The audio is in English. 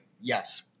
Yes